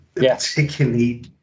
particularly